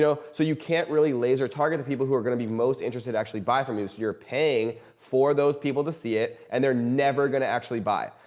you know so you can't really laser target the people who are going to be most interested actually buy from you. so, you're paying for those people to see it and they're never going to actually buy.